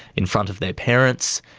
in front of their parents,